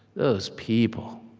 those people.